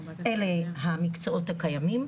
אלה המקצועות הקיימים.